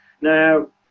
Now